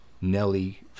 Nelly